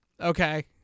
Okay